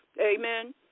amen